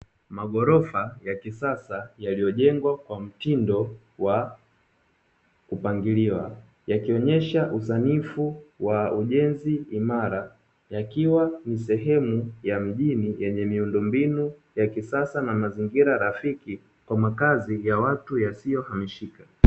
Maghorofa ya kisasa yaliyojengwa kwa mtindo wa kupangiliwa, yakionyesha usanifu wa ujenzi imara, yakiwa ni sehemu ya mjini yanye miundombinu ya kisasa, na rafiki kwa makazi ya watu yasiyohamishika.